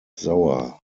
sauer